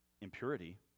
impurity